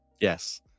yes